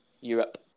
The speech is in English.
Europe